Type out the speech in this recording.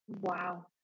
Wow